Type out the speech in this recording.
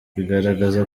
bigaragaza